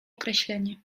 określenie